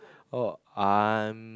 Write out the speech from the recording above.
oh um